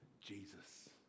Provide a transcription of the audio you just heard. Jesus